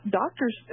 doctors